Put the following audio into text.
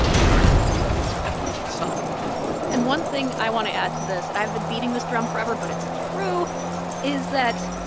the argument weakens at least some and one thing i want to add to this and i've been beating the drum forever, but it's true is that,